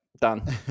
done